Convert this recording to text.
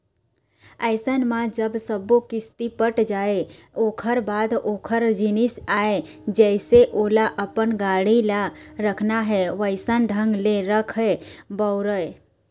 अइसन म जब सब्बो किस्ती पट जाय ओखर बाद ओखर जिनिस आय जइसे ओला अपन गाड़ी ल रखना हे वइसन ढंग ले रखय, बउरय